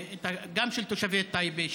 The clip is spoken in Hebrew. גם של תושבי טייבה,